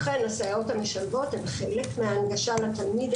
אכן הסייעות המשלבות הן חלק מההנגשה לתלמיד,